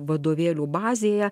vadovėlių bazėje